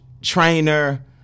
trainer